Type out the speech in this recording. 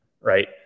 Right